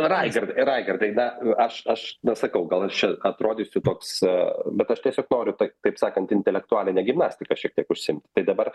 raigardai ir raigardai be aš aš nesakau gal aš čia atrodysiu toks a bet aš tiesiog noriu taip kaip sakant intelektualine gimnastika šiek tiek užsiimti tai dabar